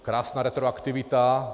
Krásná retroaktivita.